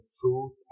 fruit